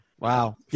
Wow